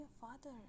father